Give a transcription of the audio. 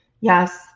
yes